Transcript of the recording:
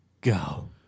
Go